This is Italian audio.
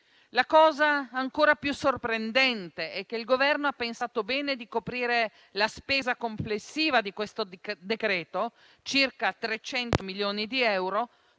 La cosa ancora più sorprendente è che il Governo ha pensato bene di coprire la spesa complessiva di questo decreto-legge, pari a circa 300 milioni di euro,